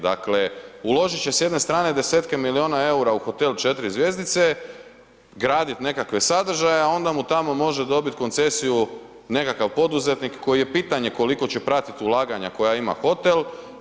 Dakle, uložit će s jedne strane 10-tke miliona EUR-a u hotel 4 zvjezdice, gradit nekakve sadržaje, a onda mu tamo može dobiti koncesiju nekakav poduzetnik koji je pitanje koliko će pratit ulaganja koja ima hotel.